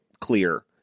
clear